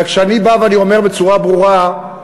וכשאני בא ואני אומר בצורה ברורה,